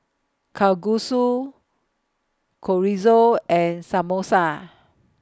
Kalguksu Chorizo and Samosa